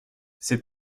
c’est